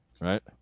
right